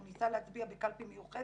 שהוא ניסה להצביע בקלפי מיוחדת,